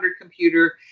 computer